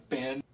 Ben